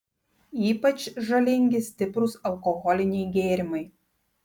ypač žalingi stiprūs alkoholiniai gėrimai